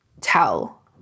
tell